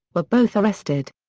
were both arrested.